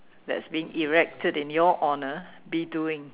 that's being erected in your honour be doing